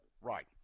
right